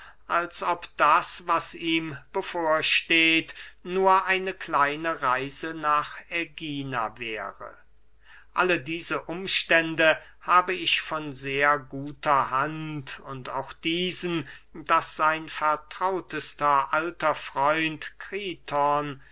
als ob das was ihm bevorsteht nur eine kleine reise nach ägina wäre alle diese umstände habe ich von sehr guter hand und auch diesen daß sein vertrautester alter freund kriton